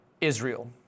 Israel